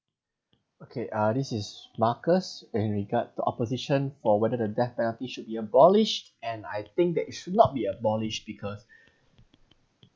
okay uh this is marcus and regard the opposition for whether the death penalty should be abolished and I think that should not be abolished because